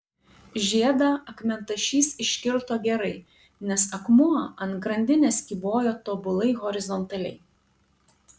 žiedą akmentašys iškirto gerai nes akmuo ant grandinės kybojo tobulai horizontaliai